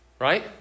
Right